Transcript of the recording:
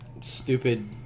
stupid